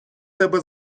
тебе